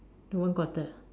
to one quarter